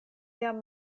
jam